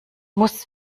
muss